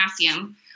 potassium